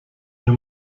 hier